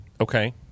Okay